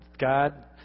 God